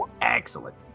excellent